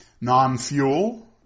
Non-fuel